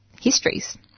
histories